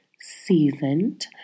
seasoned